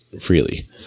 freely